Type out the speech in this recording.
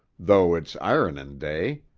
though it's ironin' day.